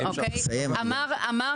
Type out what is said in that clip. אותי --- אין ספק,